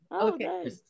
okay